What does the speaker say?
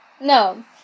no